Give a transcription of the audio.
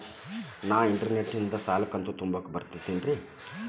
ನಾ ಇಂಟರ್ನೆಟ್ ನಿಂದ ಸಾಲದ ಕಂತು ತುಂಬಾಕ್ ಬರತೈತೇನ್ರೇ?